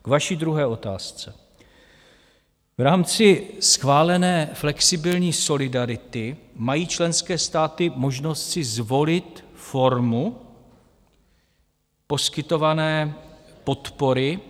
K vaší druhé otázce: v rámci schválené flexibilní solidarity mají členské státy možnost si zvolit formu poskytované podpory.